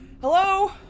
hello